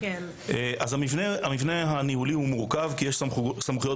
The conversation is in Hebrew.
המבנה הניהולי מורכב כי יש סמכויות